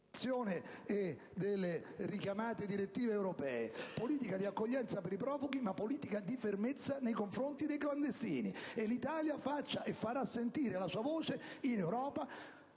e delle richiamate direttive europee; una politica di accoglienza per i profughi, ma anche una politica di fermezza nei confronti dei clandestini. L'Italia farà sentire la sua voce in Europa,